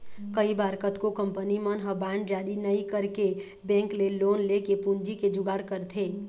कई बार कतको कंपनी मन ह बांड जारी नइ करके बेंक ले लोन लेके पूंजी के जुगाड़ करथे